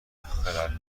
خرد